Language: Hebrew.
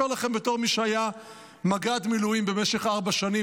לכם בתור מי שהיה מג"ד מילואים במשך ארבע שנים,